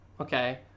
okay